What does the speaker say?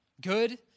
good